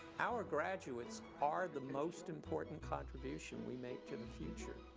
our graduates are the most important contribution we make to the future.